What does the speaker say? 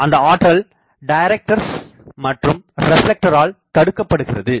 அந்த ஆற்றல் டைரக்டர்ஸ் மற்றும் ரெப்லெக்டரால் தடுக்கப்படுகிறது